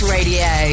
Radio